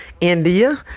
India